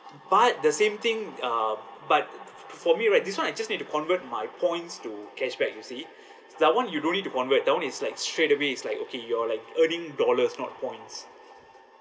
but the same thing uh but for me right this [one] I just need to convert my points to cashback you see that [one] you don't need to convert that [one] is like straight away it's like okay you're like earning dollars not points